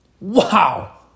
Wow